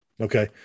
okay